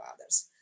others